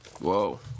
Whoa